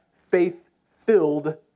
faith-filled